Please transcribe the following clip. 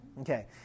Okay